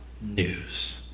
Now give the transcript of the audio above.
news